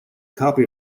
copy